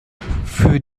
für